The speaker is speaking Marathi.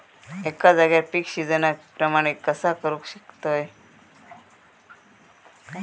एका जाग्यार पीक सिजना प्रमाणे कसा करुक शकतय?